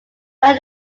when